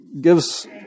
gives